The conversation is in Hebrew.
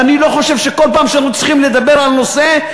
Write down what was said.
ואני לא חושב שכל פעם שאנחנו צריכים לדבר על נושא,